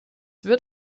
wird